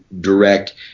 direct